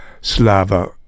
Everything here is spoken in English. Slava